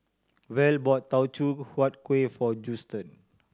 Val bought Teochew Huat Kueh for Justen